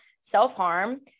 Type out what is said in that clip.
self-harm